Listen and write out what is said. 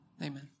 Amen